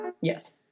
Yes